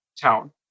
town